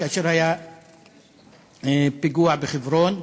כאשר היה פיגוע בחברון.